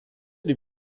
die